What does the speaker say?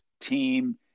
team